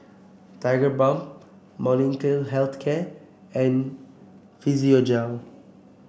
Tigerbalm Molnylcke Health Care and Physiogel